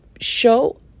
show